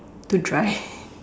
to dry